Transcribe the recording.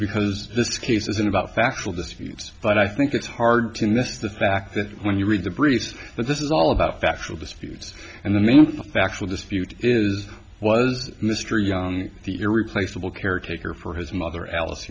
because this case isn't about factual disputes but i think it's hard to miss the fact that when you read the briefs that this is all about factual disputes and the main factual dispute is was mr young the irreplaceable caretaker for his mother alice